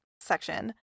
section